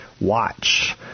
watch